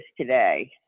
today